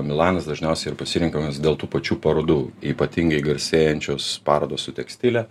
milanas dažniausiai ir pasirenkamas dėl tų pačių parodų ypatingai garsėjančios parodos su tekstile